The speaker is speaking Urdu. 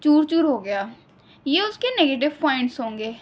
چور چور ہو گیا یہ اس کے نگیٹیو پوائنٹس ہوں گے